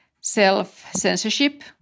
self-censorship